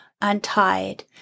untied